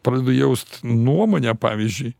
pradedu jaust nuomonę pavyzdžiui